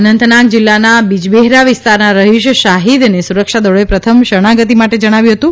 અનંતનાગ જીલ્લાના બીજબેહારા વિસ્તારના રહીશ શાહીદને સુરક્ષાદળોએ પ્રથમ શરણાગતિ માટે જણાવ્યું હતું